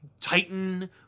Titan